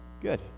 good